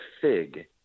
fig –